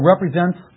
represents